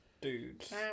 Dudes